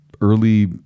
early